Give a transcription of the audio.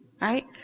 right